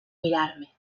mirarme